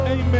Amen